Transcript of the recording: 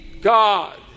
God